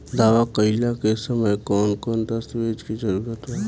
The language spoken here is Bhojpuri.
दावा कईला के समय कौन कौन दस्तावेज़ के जरूरत बा?